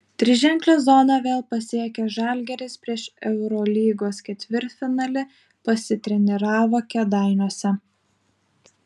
triženklę zoną vėl pasiekęs žalgiris prieš eurolygos ketvirtfinalį pasitreniravo kėdainiuose